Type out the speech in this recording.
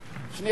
עם ש"ס?